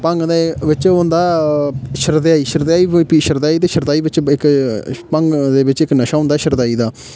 भंग्ग दे बिच ओह् होंदा शरदई पीऽ ते शरदई बिच इक अ भंग्ग दे बिच इक नशा होंदा शरदई दा